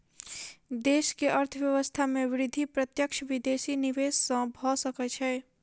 देश के अर्थव्यवस्था के वृद्धि प्रत्यक्ष विदेशी निवेश सॅ भ सकै छै